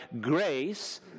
grace